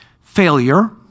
Failure